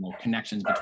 connections